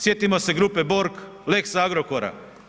Sjetimo se grupe Borg, lex Agrokora.